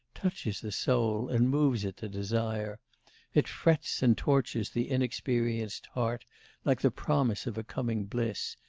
touches the soul and moves it to desire it frets and tortures the inexperienced heart like the promise of a coming bliss,